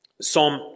Psalm